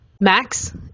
Max